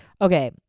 Okay